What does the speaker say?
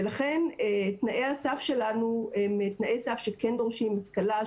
ולכן תנאי הסף שלנו הם תנאי סף שכן דורשים השכלה,